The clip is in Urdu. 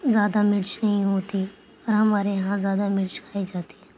زیادہ مرچ نہیں ہوتی اور ہمارے یہاں زیادہ مرچ کھائی جاتی ہے